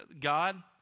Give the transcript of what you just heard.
God